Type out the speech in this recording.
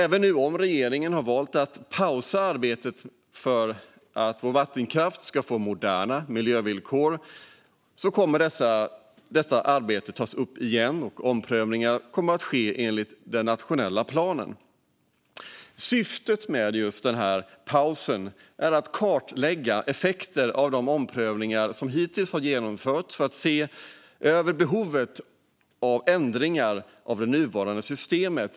Även om regeringen nu har valt att pausa arbetet för att vår vattenkraft ska få moderna miljövillkor kommer det att tas upp igen, och omprövningar kommer att ske enligt den nationella planen. Syftet med denna paus är att kartlägga effekterna av de omprövningar som hittills har genomförts och se över behovet av ändringar av det nuvarande systemet.